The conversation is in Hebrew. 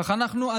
אך אנחנו,